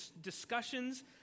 Discussions